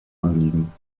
anliegen